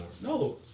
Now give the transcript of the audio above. No